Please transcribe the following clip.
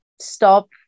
stop